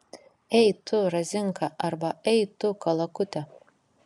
ei tu razinka arba ei tu kalakute